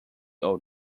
old